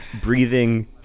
breathing